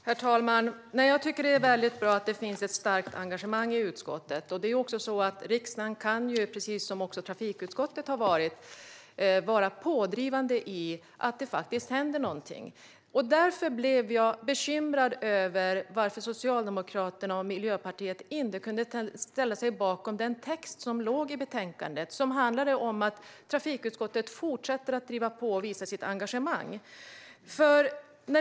Herr talman! Jag tycker att det är bra att det finns ett starkt engagemang i utskottet. Riksdagen kan vara pådrivande, precis som trafikutskottet har varit, så att det faktiskt händer någonting. Därför blev jag bekymrad över att Socialdemokraterna och Miljöpartiet inte kunde ställa sig bakom den text som finns i betänkandet och som handlar om att trafikutskottet fortsätter att driva på och visa sitt engagemang.